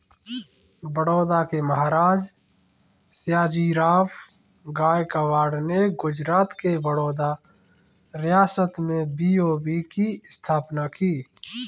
बड़ौदा के महाराजा, सयाजीराव गायकवाड़ ने गुजरात के बड़ौदा रियासत में बी.ओ.बी की स्थापना की